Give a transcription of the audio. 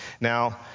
Now